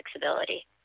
flexibility